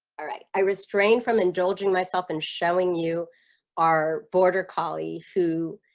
alright i restrained from indulging myself and showing you our border collie who?